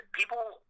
people